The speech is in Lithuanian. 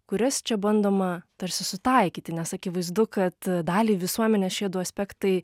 kurias čia bandoma tarsi sutaikyti nes akivaizdu kad dalį visuomenės šiedu aspektai